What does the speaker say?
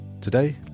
Today